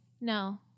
no